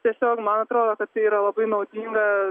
tiesiog man atrodo kad tai yra labai naudinga